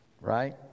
right